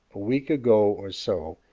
a week ago or so,